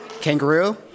Kangaroo